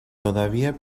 todavía